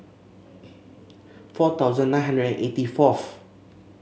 four thousand nine hundred eighty fourth